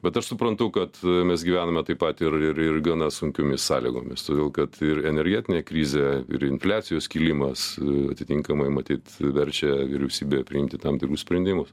bet aš suprantu kad mes gyvename taip pat ir ir ir gana sunkiomis sąlygomis todėl kad ir energetinė krizė ir infliacijos kilimas atitinkamai matyt verčia vyriausybę priimti tam tikrus sprendimus